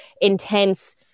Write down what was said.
intense